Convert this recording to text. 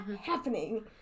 happening